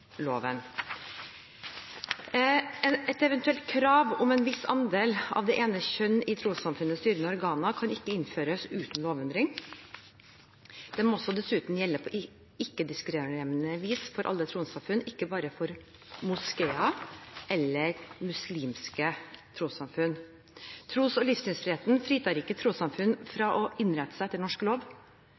Et eventuelt krav om en viss andel av det ene kjønn i trossamfunnenes styrende organer kan ikke innføres uten lovendring, og det må dessuten gjelde på ikke-diskriminerende vis for alle trossamfunn – ikke bare for moskeer eller muslimske trossamfunn. Tros- og livssynsfriheten fritar ikke trossamfunn fra å innrette seg etter norsk lov,